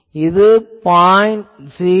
இது 0